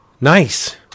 nice